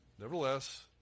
Nevertheless